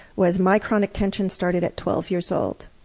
was my chronic tension started at twelve years old.